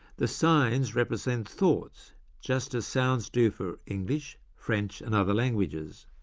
the signs represent thoughts just as sounds do for english, french and other languages.